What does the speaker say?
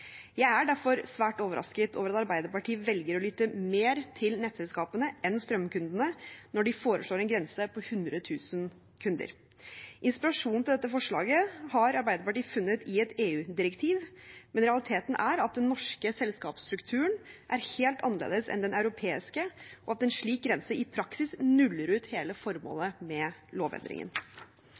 Jeg er derfor svært overrasket over at Arbeiderpartiet velger å lytte mer til nettselskapene enn til strømkundene når de foreslår en grense på 100 000 kunder. Inspirasjonen til dette forslaget har Arbeiderpartiet funnet i et EU-direktiv, men realiteten er at den norske selskapsstrukturen er helt annerledes enn den europeiske, og at en slik grense i praksis nuller ut hele formålet med lovendringen.